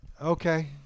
Okay